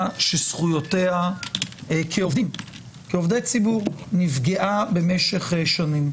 שזכויותיה כעובדי ציבור נפגעה במשך שנים.